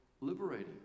liberating